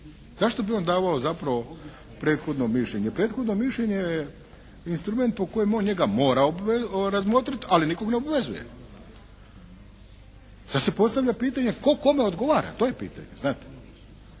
Zašto bi on davao zapravo prethodno mišljenje? Prethodno mišljenje je instrument u kojem on njega mora razmotriti ali nikog ne obvezuje. Sad se postavlja pitanje tko kome odgovara? To je pitanje, znate.